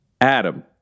Adam